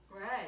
Right